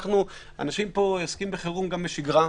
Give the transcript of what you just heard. אנשים פה עוסקים בחירות גם בשגרה.